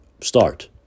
start